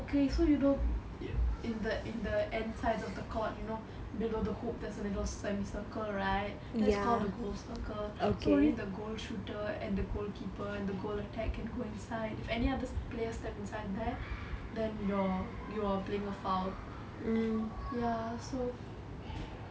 okay so you know you in the in the insides of the court you know they got a hoop there's a little semi circle right that's called the goal's circle so only the goal shooter and the goalkeeper and the goal attack can go inside if any other players step inside there then you're you are playing a foul